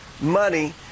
money